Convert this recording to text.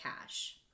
cash